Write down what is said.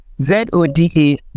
ZODA